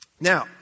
Now